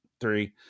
three